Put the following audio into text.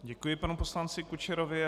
Děkuji panu poslanci Kučerovi.